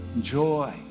joy